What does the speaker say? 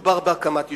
מדובר בהקמת יישובים,